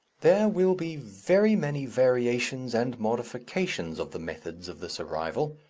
there will be very many variations and modifications of the methods of this arrival,